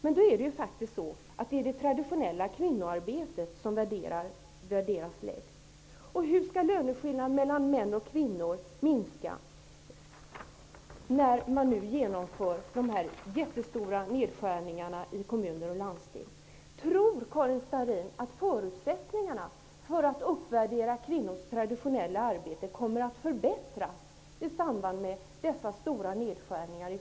Men det är faktiskt det traditionella kvinnoarbetet som värderas lägst. Hur skall löneskillnaden mellan män och kvinnor kunna minska när dessa stora nedskärningar i kommuner och landsting nu genomförs? Tror Karin Starrin att förutsättningarna för att uppvärdera kvinnors traditionella arbeten kommer att förbättras i samband med dessa stora nedskärningar?